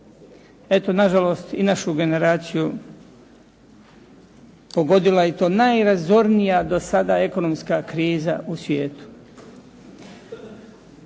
Eto, nažalost i našu generaciju pogodila i to najrazornija do sada ekonomska kriza u svijetu.